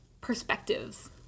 perspectives